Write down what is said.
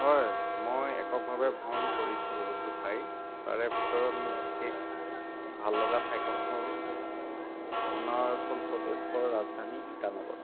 হয় মই একক ভাৱে ভ্ৰমণ কৰিছোঁ বহুত ঠাই তাৰে ভিতৰত মোক শেষ ভাল লগা ঠাইখন হ'ল অৰুণাচল প্ৰদেশৰ ৰাজধানী ইটানগৰ